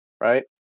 right